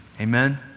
Amen